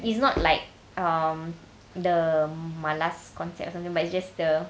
it's not like um the malas concept or something but it's just the